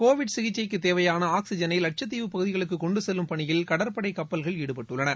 Covid சிகிச்சைக்கு தேவையான ஆக்ஸிஜனை லட்சத்தீவுப் பகுதிகளுக்கு கொண்டு செல்லும் பணியில் கடற்படை கப்பல்கள் ஈடுபட்டுள்ளன